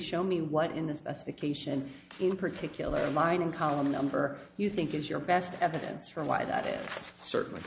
show me what in the specification in particular mine in column a number you think is your best evidence for why that it's certainly